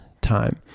time